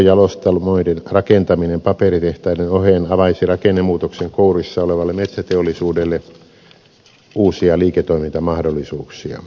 biojalostamoiden rakentaminen paperitehtaiden oheen avaisi rakennemuutoksen kourissa olevalle metsäteollisuudelle uusia liiketoimintamahdollisuuksia